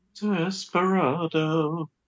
Desperado